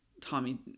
Tommy